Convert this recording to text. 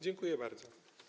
Dziękuję bardzo.